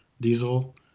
diesel